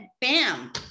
bam